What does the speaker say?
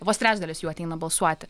vos trečdalis jų ateina balsuoti